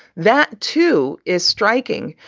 that, too, is striking.